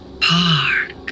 Park